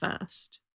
first